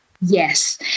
Yes